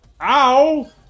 Ow